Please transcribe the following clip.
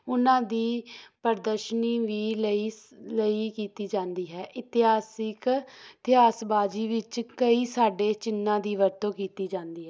ਉਹਨਾਂ ਦੀ ਪ੍ਰਦਰਸ਼ਨੀ ਵੀ ਲਈ ਲਈ ਕੀਤੀ ਜਾਂਦੀ ਹੈ ਇਤਿਹਾਸਿਕ ਇਤਿਹਾਸਬਾਜ਼ੀ ਵਿੱਚ ਕਈ ਸਾਡੇ ਚਿੰਨ੍ਹਾਂ ਦੀ ਵਰਤੋਂ ਕੀਤੀ ਜਾਂਦੀ ਹੈ